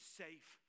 safe